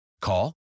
Call